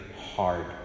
hard